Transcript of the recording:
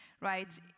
right